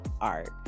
art